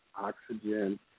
oxygen